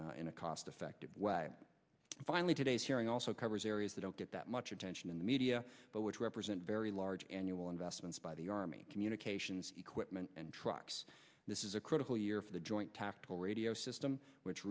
in a cost effective way finally today's hearing also covers areas that don't get that much attention in the media but which represent very large annual investments by the army communications equipment and trucks this is a critical year for the joint tactical radio system which